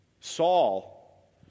Saul